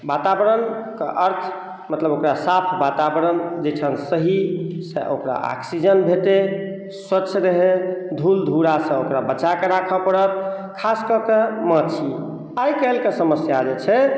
वातावरणके अर्थ मतलब ओकरा साफ वातावरण जे छनि सहीसँ ओकरा ऑक्सीजन भेटै स्वच्छ रहै धूल धूरासँ ओकरा बचा कऽ राखऽ पड़त खास कऽ कऽ माछी आइ काल्हि कऽ समस्या जे छै